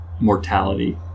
mortality